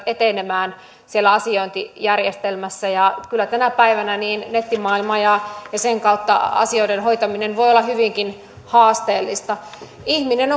etenemään siellä asiointijärjestelmässä kyllä tänä päivänä nettimaailma ja sen kautta asioiden hoitaminen voi olla hyvinkin haasteellista ihminen